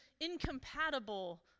incompatible